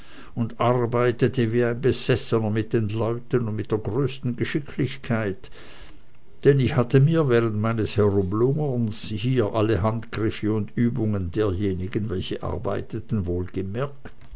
und arbeitete wie ein besessener mit den leuten und mit der größten geschicklichkeit denn ich hatte mir während meines herumlungerns hier alle handgriffe und übungen derjenigen welche arbeiteten